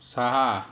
सहा